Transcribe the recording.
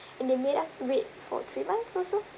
and they made us wait for three months or so